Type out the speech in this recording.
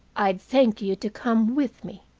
i'd thank you to come with me,